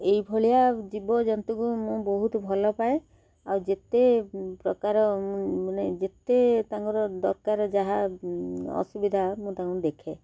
ଏଇଭଳିଆ ଜୀବଜନ୍ତୁକୁ ମୁଁ ବହୁତ ଭଲ ପାଏ ଆଉ ଯେତେ ପ୍ରକାର ମାନେ ଯେତେ ତାଙ୍କର ଦରକାର ଯାହା ଅସୁବିଧା ମୁଁ ତାଙ୍କୁ ଦେଖେ